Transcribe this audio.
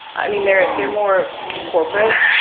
i mean, they're they're more corporate.